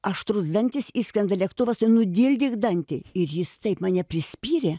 aštrūs dantys išskrenda lėktuvas tu nudildyk dantį ir jis taip mane prispyrė